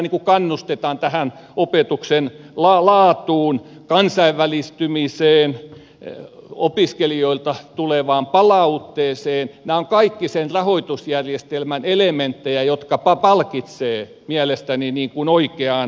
siellä kannustetaan opetuksen laatuun kansainvälistymiseen opiskelijoilta tulevaan palautteeseen nämä ovat kaikki sen rahoitusjärjestelmän elementtejä jotka palkitsevat mielestäni oikeaan suuntaan